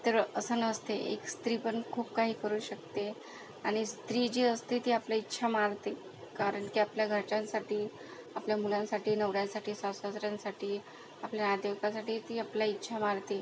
तर असं नसते एक स्त्री पण खूप काही करू शकते आणि स्त्री जी असते ती आपल्या इच्छा मारते कारण की आपल्या घरच्यांसाठी आपल्या मुलांसाठी नवऱ्यासाठी सासूसासऱ्यांसाठी आपल्या देवतासाठी ती आपल्या इच्छा मारते